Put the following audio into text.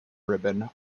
ribbon